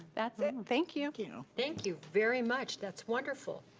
that's it, thank you. thank you very much, that's wonderful.